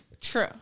true